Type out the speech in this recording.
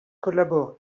collabore